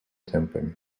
темпами